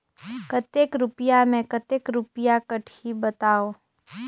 कतेक रुपिया मे कतेक रुपिया कटही बताव?